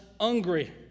hungry